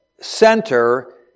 center